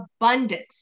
abundance